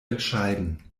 entscheiden